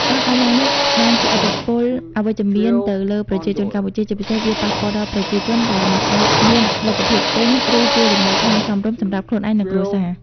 ការកើនឡើងនេះបានជះឥទ្ធិពលអវិជ្ជមានទៅលើប្រជាជនកម្ពុជា ជាពិសេសវាប៉ះពាល់ដល់ប្រជាជនដែលមិនអាចមានលទ្ធភាពទិញ ឬជួលលំនៅឋានសមរម្យសម្រាប់ខ្លួនឯង និងគ្រួសារ។